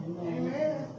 Amen